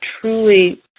truly